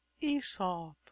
aesop